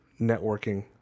networking